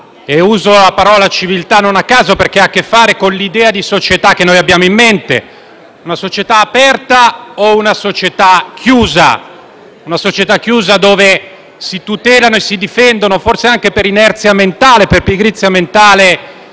Uso la parola civiltà non a caso, perché ha a che fare con l'idea di società che abbiamo in mente: una società aperta o una società chiusa in cui si tutelano e si difendono, forse anche per inerzia e pigrizia mentale,